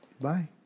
Bye